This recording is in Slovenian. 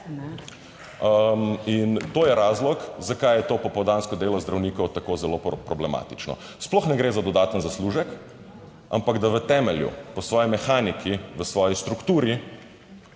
In to je razlog, zakaj je to popoldansko delo zdravnikov tako zelo problematično. Sploh ne gre za dodaten zaslužek, ampak da v temelju, po svoji mehaniki, v svoji strukturi